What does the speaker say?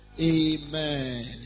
Amen